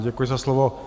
Děkuji za slovo.